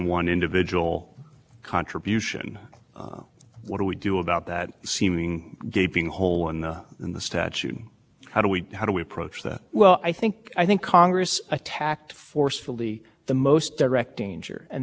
expression were allowed including raising money for for candidates without spending extensive money to do so but that is consistent with congress's charge here which which is to make it closely drawn and not go beyond further